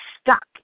stuck